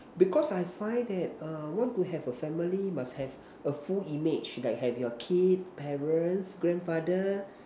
because I find that err want to have a family must have a full image like have your kids parents grandfather